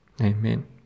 Amen